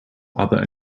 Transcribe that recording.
other